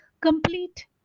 complete